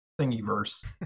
Thingiverse